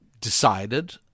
decided